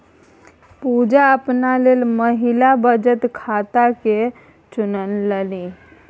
पुजा अपना लेल महिला बचत खाताकेँ चुनलनि